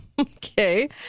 Okay